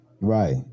Right